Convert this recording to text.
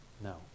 No